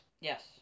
Yes